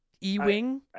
Ewing